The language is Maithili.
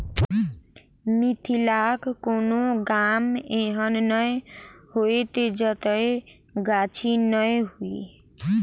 मिथिलाक कोनो गाम एहन नै होयत जतय गाछी नै हुए